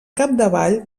capdavall